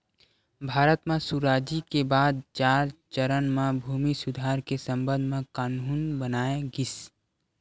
भारत म सुराजी के बाद चार चरन म भूमि सुधार के संबंध म कान्हून बनाए गिस